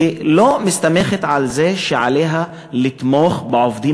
ולא מסתמכת על זה שעליה לתמוך בעובדים